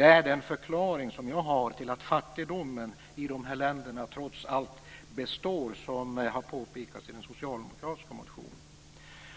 Det är den förklaring som jag har till att fattigdomen i de här länderna trots allt består, som har påpekats i den socialdemokratiska motionen.